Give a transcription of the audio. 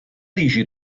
dici